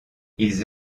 ils